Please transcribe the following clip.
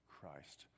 Christ